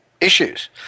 issues